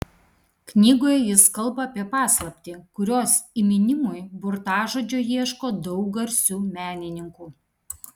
knygoje jis kalba apie paslaptį kurios įminimui burtažodžio ieško daug garsių menininkų